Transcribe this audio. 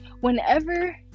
whenever